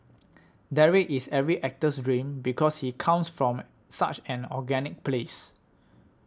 Derek is every actor's dream because he comes from such an organic place